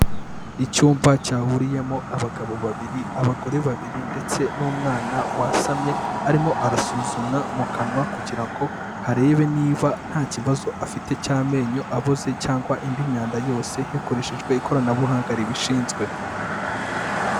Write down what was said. Icyumba cyahuriyemo abagabo babiri, abagore babiri ndetse n'umwana wasamye arimo arasuzumwa mu kanwa ,kugira ngo harebe niba nta kibazo afite cy'amenyo aboze cyangwa indi myanda yose hakoreshejwe ikoranabuhanga ribishinzwe.